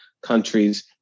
countries